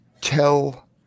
tell